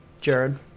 Jared